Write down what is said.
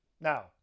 Now